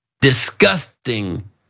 disgusting